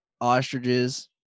ostriches